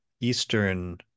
eastern